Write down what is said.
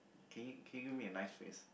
can you can you give me a nice face